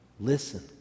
Listen